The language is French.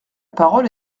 parole